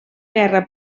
guerra